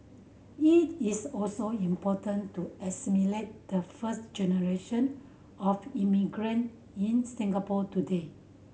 it is also important to assimilate the first generation of immigrant in Singapore today